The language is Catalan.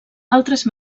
altres